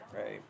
right